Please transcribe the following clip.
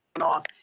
off